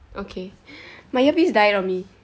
okay my earpiece died on me